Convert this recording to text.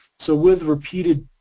so with repeated,